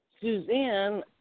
Suzanne